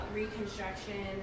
reconstruction